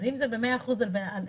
אז אם זה ב-100% על אחד,